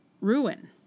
ruin